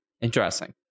Interesting